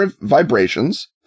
vibrations